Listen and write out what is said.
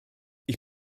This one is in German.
ich